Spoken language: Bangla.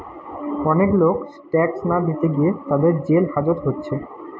অনেক লোক ট্যাক্স না দিতে গিয়ে তাদের জেল হাজত হচ্ছে